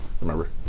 Remember